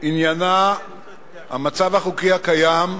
עניינה המצב החוקי הקיים,